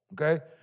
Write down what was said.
Okay